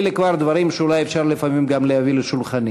אלה כבר דברים שאולי אפשר לפעמים גם להביא לשולחני.